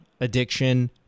addiction